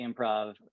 improv